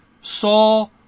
saw